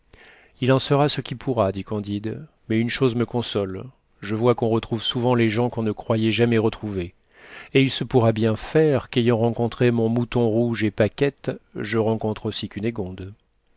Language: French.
il en sera ce qui pourra dit candide mais une chose me console je vois qu'on retrouve souvent les gens qu'on ne croyait jamais retrouver il se pourra bien faire qu'ayant rencontré mon mouton rouge et paquette je rencontre aussi